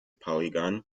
polygon